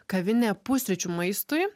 kavinė pusryčių maistui